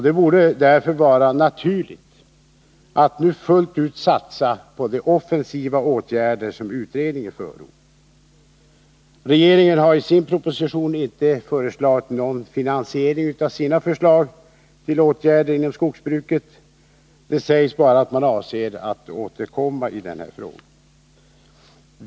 Det borde därför vara naturligt att nu fullt ut satsa på de offensiva åtgärder som utredningen fullbordat. Regeringen har i sin proposition inte föreslagit någon finansiering av sina förslag till åtgärder inom skogsbruket. Det sägs bara att man avser att återkomma därtill.